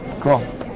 Cool